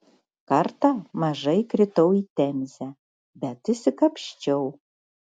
kartą maža įkritau į temzę bet išsikapsčiau